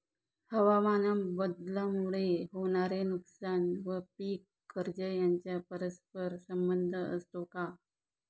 हवामानबदलामुळे होणारे नुकसान व पीक कर्ज यांचा परस्पर संबंध असतो का?